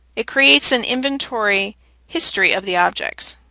it creates an inventory history of the objects.